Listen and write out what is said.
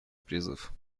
призыв